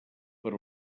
per